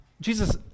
Jesus